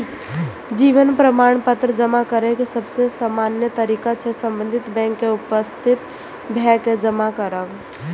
जीवन प्रमाण पत्र जमा करै के सबसे सामान्य तरीका छै संबंधित बैंक में उपस्थित भए के जमा करब